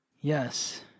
yes